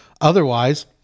otherwise